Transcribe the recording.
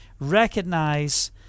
recognize